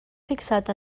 fixat